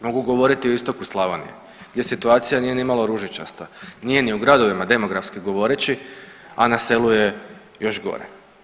Mogu govoriti o istoku Slavonije gdje situacija nije nimalo ružičasta, nije ni u gradovima demografski govoreći, a na selu je još gore.